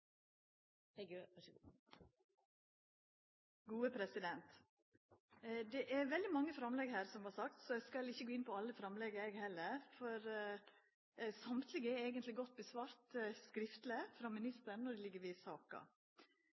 eg skal heller ikkje gå inn på alle framlegga, for alle er eigentleg godt svart på skriftleg av ministeren og ligg ved saka.